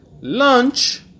lunch